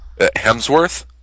Hemsworth